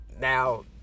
Now